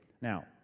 Now